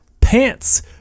Pants